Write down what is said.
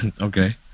Okay